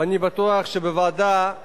ואני בטוח שבוועדה,